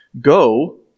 Go